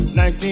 19